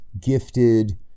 gifted